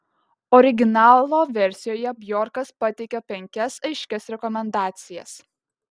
originalo versijoje bjorkas pateikia penkias aiškias rekomendacijas